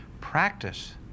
practice